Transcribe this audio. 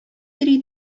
йөри